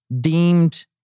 deemed